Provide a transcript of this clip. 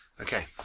Okay